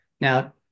Now